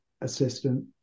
assistant